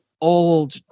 old